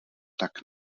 tak